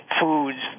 foods